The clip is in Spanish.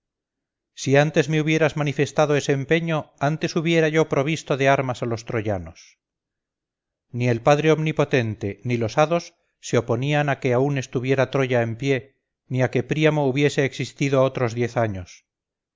si antes me hubieras manifestado ese empeño antes hubiera yo provisto de armas a los troyanos ni el padre omnipotente ni los hados se oponían a que aun estuviera troya en pie ni a que príamo hubiese existido otros diez años